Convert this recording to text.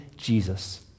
Jesus